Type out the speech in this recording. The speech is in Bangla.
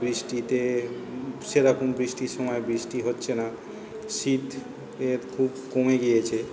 বৃষ্টিতে সেরকম বৃষ্টির সময় বৃষ্টি হচ্ছে না শীত এর খুব কমে গিয়েছে